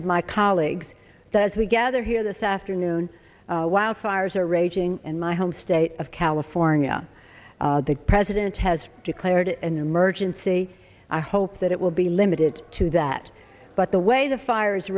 of my college igs that as we gather here this afternoon wildfires are raging in my home state of california the president has declared an emergency i hope that it will be limited to that but the way the fire